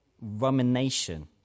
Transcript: rumination